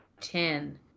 ten